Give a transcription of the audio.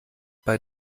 bei